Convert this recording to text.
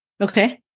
Okay